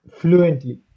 fluently